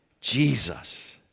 Jesus